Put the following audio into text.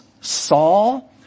Saul